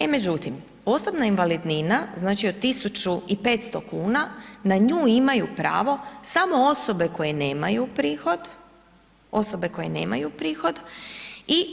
E, međutim, osobna invalidnina, znači od 1500 kn, na nju imaju pravo samo osobe koje nemaju prihod, osobe koje nemaju prihod i